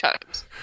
times